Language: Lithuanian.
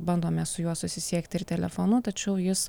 bandome su juo susisiekti ir telefonu tačiau jis